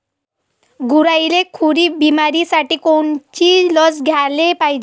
गुरांइले खुरी बिमारीसाठी कोनची लस द्याले पायजे?